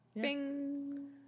Bing